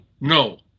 No